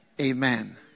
Amen